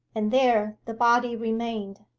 and there the body remained.